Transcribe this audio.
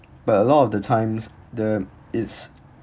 but a lot of the times the it's